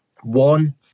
one